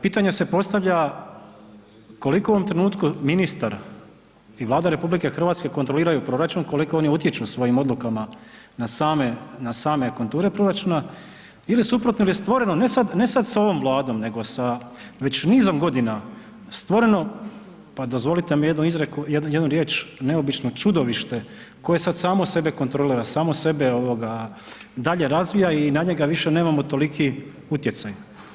Pitanje se postavlja koliko u ovom trenutku ministar i Vlada RH kontroliraju proračun, koliko oni utječu svojim odlukama na same konture proračuna ili suprotno, ili je stvoreno ne sada sa ovom Vladom nego sa već nizom godina, stvoreno, pa dozvolite mi jednu izreku, jednu riječ neobično čudovište koje sad samo sebe kontrolira, samo sebe dalje razvija i na njega više nemamo toliki utjecaj.